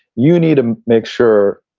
you need to make sure,